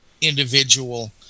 individual